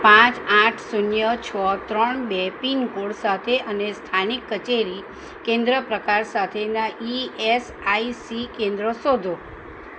પાંચ આઠ શૂન્ય છ ત્રણ બે પીનકોડ સાથે અને સ્થાનિક કચેરી કેન્દ્ર પ્રકાર સાથેનાં ઇએસઆઈસી કેન્દ્રો શોધો